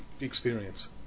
experience